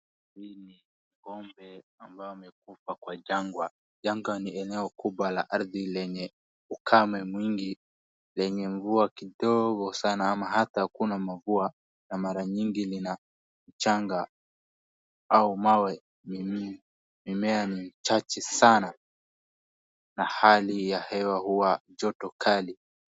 Huyu ni ng'ombe ambao amekufa kwa jangwa. Jangwa ni eneo kubwa la ardhi lenye ukame mwingi lenye mvua kidogo sana ama hata hakuna mavua na mara nyingi lina mchanga au mawe. Mimea ni chache sana na hali ya hewa huwa joto kali.